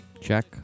Check